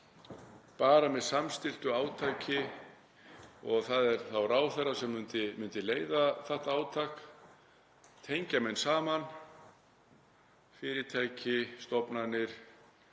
bara með samstilltu átaki. Það væri þá ráðherra sem myndi leiða þetta átak og tengja menn saman, fyrirtæki, stofnanir